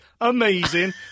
amazing